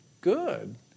good